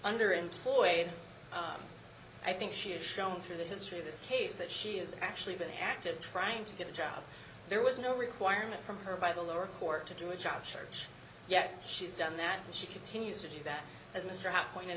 underemployed i think she has shown through the history of this case that she has actually been active trying to get a job there was no requirement from her by the lower court to do a job church yet she's done that and she continues to do that as mr have pointed